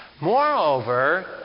Moreover